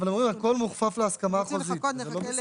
אבל הם אומרים הכול מוכפף להסכמה החוזית וזה לא בסדר.